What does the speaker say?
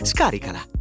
Scaricala